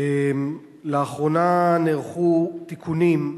לאחרונה נערכו תיקונים,